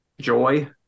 joy